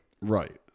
right